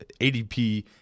ADP